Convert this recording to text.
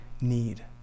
need